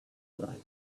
one